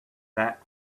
that